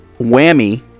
whammy